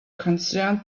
concerned